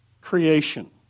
creation